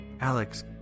Alex